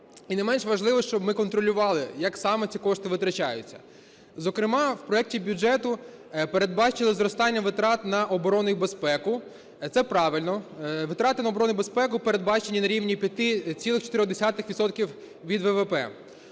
І не менш важливо, щоб ми контролювали, як саме ці кошти витрачаються. Зокрема, в проекті бюджету передбачили зростання витрат на оборони і безпеку, це правильно. Витрат на оборони і безпеку передбачені на рівні 5,4 відсотків